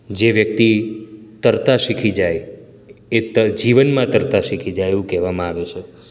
જે વ્યક્તિ તરતાં શીખી જાય એ તર જીવનમાં તરતાં શીખી જાય એવું કહેવામાં આવે છે